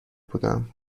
بودم